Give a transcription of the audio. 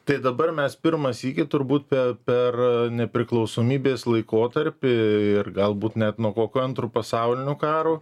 tai dabar mes pirmą sykį turbūt per nepriklausomybės laikotarpį ir galbūt net nuo kokio antro pasaulinio karo